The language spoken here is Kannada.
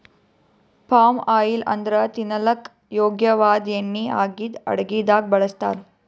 ಪಾಮ್ ಆಯಿಲ್ ಅಂದ್ರ ತಿನಲಕ್ಕ್ ಯೋಗ್ಯ ವಾದ್ ಎಣ್ಣಿ ಆಗಿದ್ದ್ ಅಡಗಿದಾಗ್ ಬಳಸ್ತಾರ್